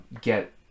get